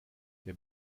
der